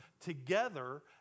together